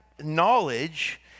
Knowledge